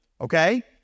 okay